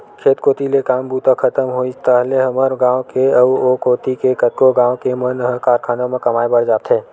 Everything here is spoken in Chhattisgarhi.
खेत कोती ले काम बूता खतम होइस ताहले हमर गाँव के अउ ओ कोती के कतको गाँव के मन ह कारखाना म कमाए बर जाथे